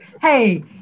hey